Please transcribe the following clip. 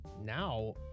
now